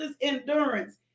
endurance